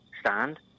stand